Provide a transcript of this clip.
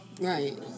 Right